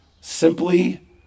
simply